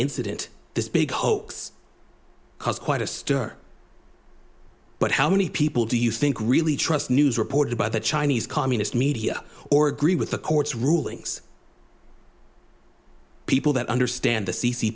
incident this big hoax caused quite a stir but how many people do you think really trust news reported by the chinese communist media or agree with the court's rulings people that understand the c c